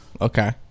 Okay